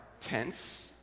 tense